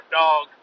dog